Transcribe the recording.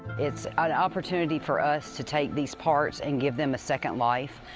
it's an opportunity for us to take these parts and give them a second life.